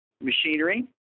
machinery